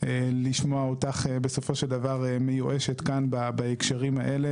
לשמוע אותך בסופו של דבר מיואשת כאן בהקשרים האלה,